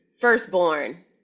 firstborn